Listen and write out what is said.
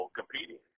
competing